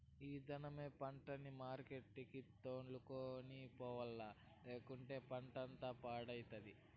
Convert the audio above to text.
ఈ దినమే పంటని మార్కెట్లకి తోలుకొని పోవాల్ల, లేకంటే పంటంతా పాడైతది